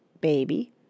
BABY